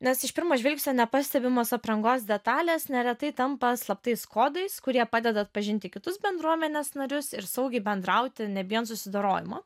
nes iš pirmo žvilgsnio nepastebimos aprangos detalės neretai tampa slaptais kodais kurie padeda atpažinti kitus bendruomenės narius ir saugiai bendrauti nebijant susidorojimo